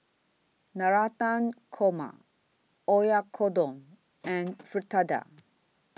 Navratan Korma Oyakodon and Fritada